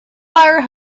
fire